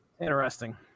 Interesting